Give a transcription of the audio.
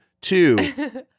two